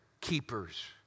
keepers